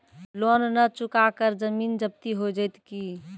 Loan न चुका पर जमीन जब्ती हो जैत की?